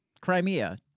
Crimea